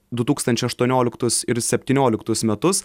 du tūkstančiai aštuonioliktus ir septynioliktus metus